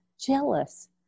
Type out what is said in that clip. jealous